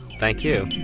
thank you.